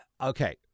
Okay